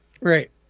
Right